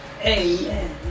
Amen